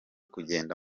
kugenda